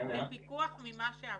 לפיקוח ממה שעברו.